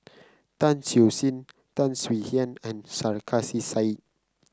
Tan Siew Sin Tan Swie Hian and Sarkasi Said